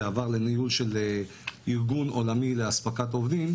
כי זה עבר לניהול של ארגון עולמי לאספקת עובדים,